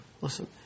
listen